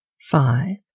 five